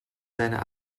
seiner